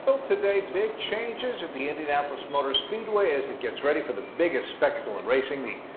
so today, big changes at the indianapolis motor speedway as it gets ready for the biggest spectacle in racing the.